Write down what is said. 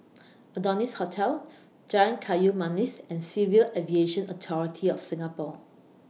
Adonis Hotel Jalan Kayu Manis and Civil Aviation Authority of Singapore